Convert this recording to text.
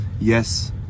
Yes